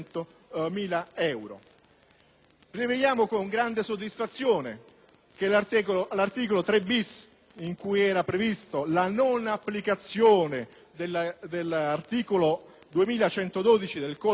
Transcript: Rileviamo con gran soddisfazione che l'articolo 3-*bis* del decreto, in cui era prevista la non applicazione dell'articolo 2112 del codice civile è stato soppresso.